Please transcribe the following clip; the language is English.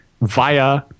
via